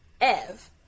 Ev